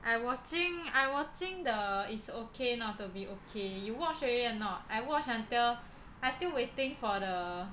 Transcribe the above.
I watching I watching the It's Okay Not to Be Okay you watch already or not I watch until I still waiting for the